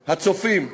הצופים: